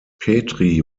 petri